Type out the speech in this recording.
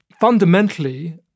fundamentally